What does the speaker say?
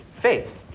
Faith